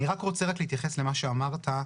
אני רוצה להתייחס למה שאמרת,